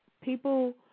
people –